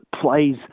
plays